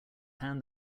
hand